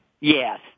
Yes